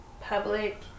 public